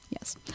Yes